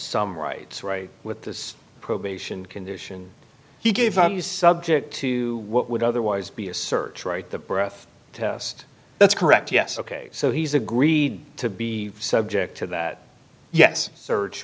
some rights right with this probation condition he gave a new subject to what would otherwise be a search right the breath test that's correct yes ok so he's agreed to be subject to that yes search